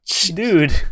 dude